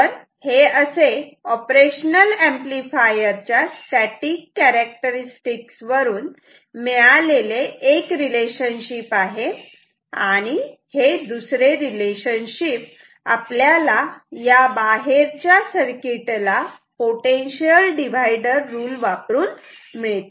तर हे असे ऑपरेशनल ऍम्प्लिफायर च्या स्टॅटिक कॅरेक्टरस्टिक्स वरून मिळालेले एक रिलेशनशिप आहे आणि हे दुसरे रिलेशनशिप आपल्याला या बाहेरच्या सर्किटला पोटेन्शियल डीवाईडर रुल वापरून मिळते